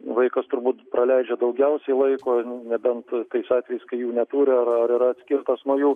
vaikas turbūt praleidžia daugiausiai laiko nebent tais atvejais kai jų neturi ar ar yra atskirtas nuo jų